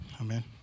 Amen